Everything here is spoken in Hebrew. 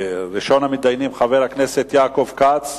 ראשון המתדיינים, חבר הכנסת יעקב כץ.